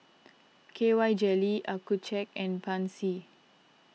K Y Jelly Accucheck and Pansy